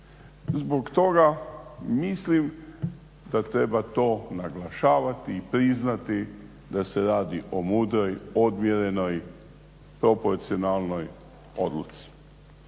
Zbog toga mislim da treba to naglašavati i priznati da se radi o mudroj, odmjerenoj, proporcionalnoj odluci.